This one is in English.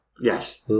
Yes